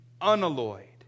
unalloyed